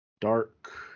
Dark